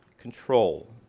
control